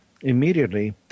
immediately